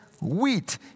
wheat